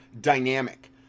dynamic